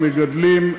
המגדלים,